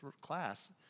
class